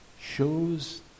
shows